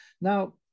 now